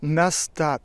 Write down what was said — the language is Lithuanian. mes tą